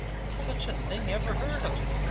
was such a thing ever heard of?